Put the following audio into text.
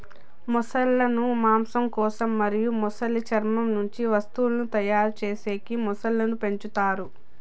మొసళ్ళ ను మాంసం కోసం మరియు మొసలి చర్మం నుంచి వస్తువులను తయారు చేసేకి మొసళ్ళను పెంచుతారు